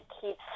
keep